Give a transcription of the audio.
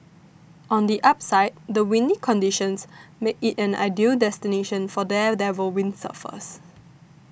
on the upside the windy conditions make it an ideal destination for daredevil windsurfers